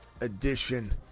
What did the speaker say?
Edition